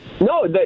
No